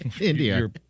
India